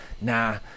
nah